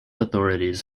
authorities